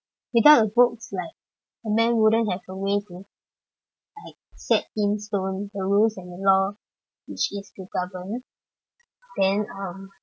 without books like men wouldn't have a way to like set in stone the rules and law which is to govern then um